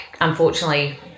unfortunately